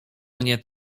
mnie